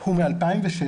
הוא מ-2016,